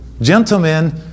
Gentlemen